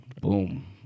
boom